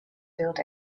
field